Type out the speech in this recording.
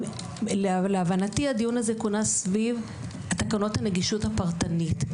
להבנתי הדיון הזה כונס סביב תקנות הנגישות הפרטנית.